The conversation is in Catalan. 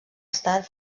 estat